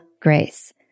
grace